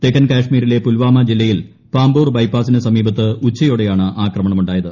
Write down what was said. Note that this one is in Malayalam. തെക്കൻ കാഷ്മീരിലെ പുൽവാമ ജില്ലയിൽ പാംപോർ ബൈപാസിന് സമീപത്ത് ഉച്ചുയോടെയാണ് ആക്രമണമുണ്ടായത്